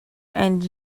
and